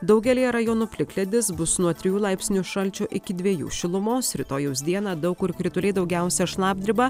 daugelyje rajonų plikledis bus nuo trijų laipsnių šalčio iki dviejų šilumos rytojaus dieną daug kur krituliai daugiausia šlapdriba